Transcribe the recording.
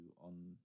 on